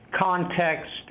context